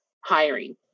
hiring